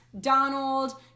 Donald